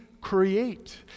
create